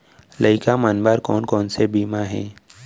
लइका मन बर कोन कोन से बीमा हे?